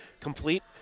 complete